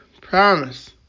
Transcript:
Promise